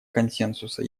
консенсуса